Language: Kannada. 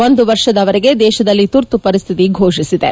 ಒಂದು ವರ್ಷದವರೆಗೆ ದೇಶದಲ್ಲಿ ತುರ್ತು ಪರಿಸ್ಥಿತಿ ಘೋಷಿಸಿದೆ